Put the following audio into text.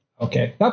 Okay